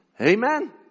Amen